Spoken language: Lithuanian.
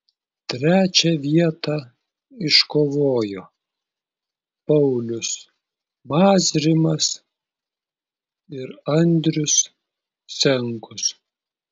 trečią vietą iškovojo paulius mazrimas ir andrius senkus